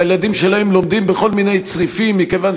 שהילדים שלהם נמצאים בכל מיני צריפים מכיוון